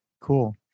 Cool